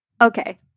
Okay